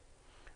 תודה.